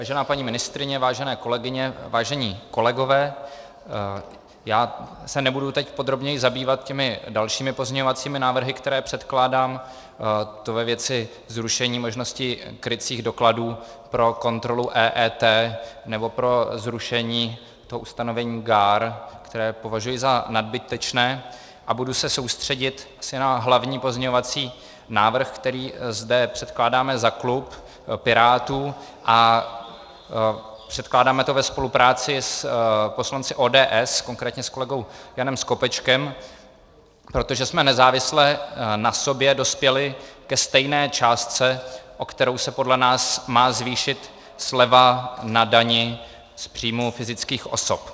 Vážená paní ministryně, vážené kolegyně, vážení kolegové, já se nebudu teď podrobněji zabývat těmi dalšími pozměňovacími návrhy, které předkládám ve věci zrušení možnosti krycích dokladů pro kontrolu EET nebo pro zrušení toho ustanovení GAAR, které považuji za nadbytečné, a budu se soustředit asi na hlavní pozměňovací návrh, který zde předkládáme za klub Pirátů, a předkládáme to ve spolupráci s poslanci ODS, konkrétně s kolegou Janem Skopečkem, protože jsme nezávisle na sobě dospěli ke stejné částce, o kterou se podle nás má zvýšit sleva na dani z příjmů fyzických osob.